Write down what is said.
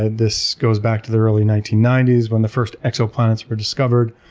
ah this goes back to the early nineteen ninety s when the first exoplanets were discovered.